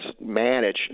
manage